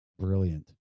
brilliant